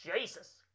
Jesus